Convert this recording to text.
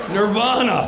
Nirvana